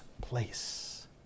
place